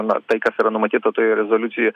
na tai kas yra numatyta toje rezoliucijoje